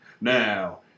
Now